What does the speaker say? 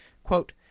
Quote